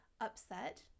upset